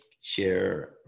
Share